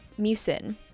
mucin